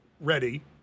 ready